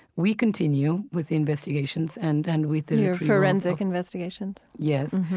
we continue with investigations and and we, your forensic investigations yes.